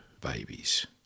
babies